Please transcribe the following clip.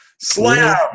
slam